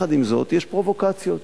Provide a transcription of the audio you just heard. עם זאת, יש פרובוקציות.